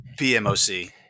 PMOC